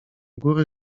góry